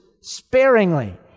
sparingly